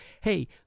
hey